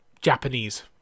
Japanese